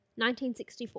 1964